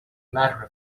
matter